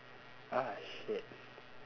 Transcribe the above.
ah shit